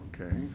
Okay